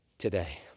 today